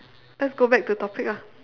let's go back to topic ah